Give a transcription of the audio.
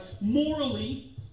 morally